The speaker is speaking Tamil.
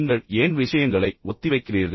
நீங்கள் ஏன் விஷயங்களை ஒத்திவைக்கிறீர்கள்